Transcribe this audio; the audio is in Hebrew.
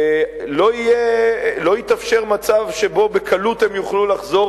לא יתאפשר מצב שבו הם בקלות יוכלו לחזור